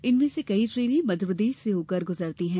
इनमें से कई ट्रेने मध्यप्रदेश से होकर गुजरती है